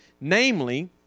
namely